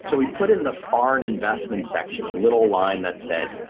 so we put in the foreign investment section a little line that said,